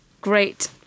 great